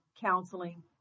counseling